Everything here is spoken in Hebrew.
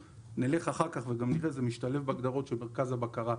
אחר כך נראה שזה משתלב גם בהגדרות של מרכז הבקרה.